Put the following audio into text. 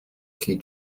key